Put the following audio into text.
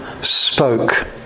spoke